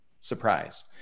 surprise